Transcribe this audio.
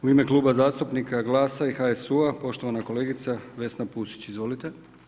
U ime Kluba zastupnika GLAS-a i HSU-a poštovana kolegica Vesna Pusić, izvolite.